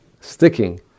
Sticking